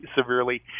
severely